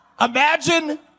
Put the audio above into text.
Imagine